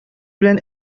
белән